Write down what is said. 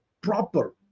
proper